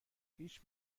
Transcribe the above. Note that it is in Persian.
هیچ